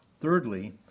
thirdly